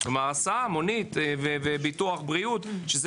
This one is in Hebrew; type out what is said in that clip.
מונית וביטוח בריאות שזה